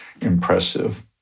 impressive